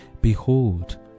Behold